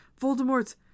Voldemort's